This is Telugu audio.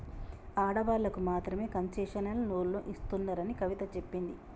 ఆడవాళ్ళకు మాత్రమే కన్సెషనల్ లోన్లు ఇస్తున్నారని కవిత చెప్పింది